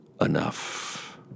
enough